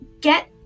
get